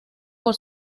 por